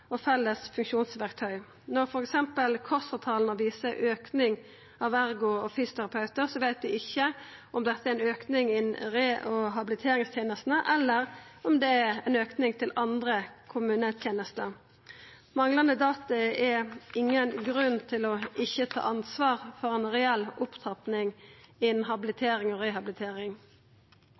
og felles funksjonsverktøy. Når f.eks. KOSTRA-tala viser auking i talet på ergoterapeutar og fysioterapeutar, veit vi ikkje om dette er ein auke innan rehabiliterings- og habiliteringstenestene, eller om det er ein auke til andre kommunetenester. Manglande data er ingen grunn til ikkje å ta ansvar for ei reell opptrapping innan habilitering og rehabilitering.